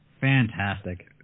Fantastic